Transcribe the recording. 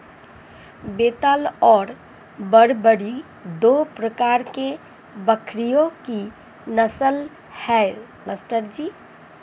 बेताल और बरबरी दो प्रकार के बकरियों की नस्ल है मास्टर जी